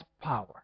power